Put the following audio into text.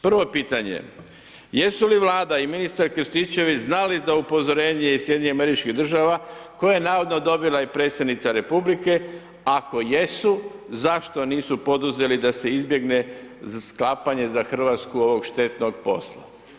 Prvo je pitanje, jesu li Vlada i ministar Krstičević znali za upozorenje iz SAD-a koje je navodno dobila i predsjednica RH, ako jesu, zašto nisu poduzeli da se izbjegne sklapanje za RH ovog štetnog posla?